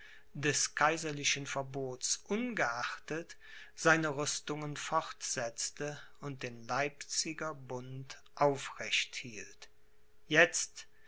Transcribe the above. des kaiserlichen verbots ungeachtet seine rüstungen fortsetzte und den leipziger bund aufrecht hielt jetzt